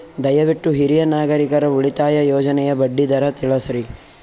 ದಯವಿಟ್ಟು ಹಿರಿಯ ನಾಗರಿಕರ ಉಳಿತಾಯ ಯೋಜನೆಯ ಬಡ್ಡಿ ದರ ತಿಳಸ್ರಿ